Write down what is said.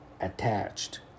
attached